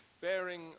bearing